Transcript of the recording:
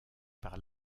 par